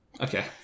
Okay